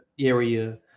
Area